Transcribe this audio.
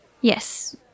Yes